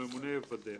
הממונה יוודא,